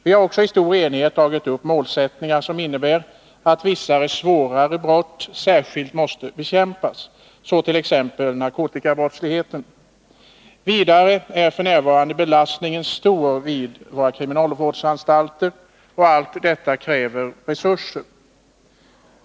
Vi har också i stor enighet dragit upp målsättningar, som innebär att vissa svårare brott särskilt måste bekämpas. Detta gäller t.ex. narkotikabrottsligheten. Vidare är belastningen f. n. stor vid våra kriminalvårdsanstalter. Allt detta kräver resurser.